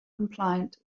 compliant